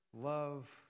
love